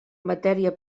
matèria